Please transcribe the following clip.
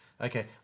Okay